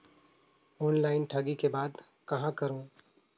Online ठगी के बाद कहां करों?